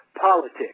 politics